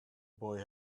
boy